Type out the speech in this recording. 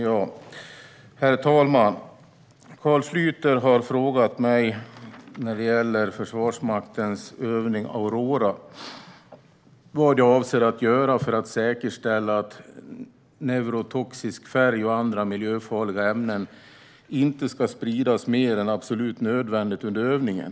Herr talman! Carl Schlyter har ställt följande frågor till mig om Försvarsmaktens övning Aurora: Vad avser jag att göra för att säkerställa att neurotoxisk färg och andra miljöfarliga ämnen inte ska spridas mer än absolut nödvändigt under övningen?